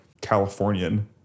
Californian